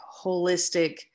holistic